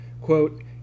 Quote